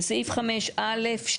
רגע, רגע, קראנו את זה?